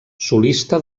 solista